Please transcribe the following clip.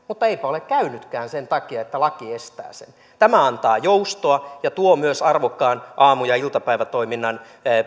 mutta eipä ole käynytkään sen takia että laki estää sen tämä antaa joustoa ja tuo myös arvokkaan aamu ja iltapäivätoiminnan